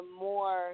more